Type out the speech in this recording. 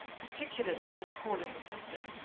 particularly your poor little sister,